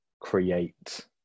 create